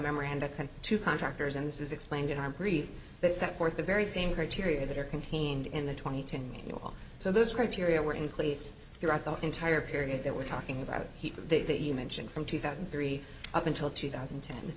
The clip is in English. memoranda come to contractors and this is explained in our brief that set forth the very same criteria that are contained in the twenty ten year or so this criteria were in place throughout the entire period that we're talking about that you mention from two thousand and three up until two thousand and